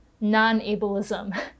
non-ableism